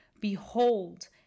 Behold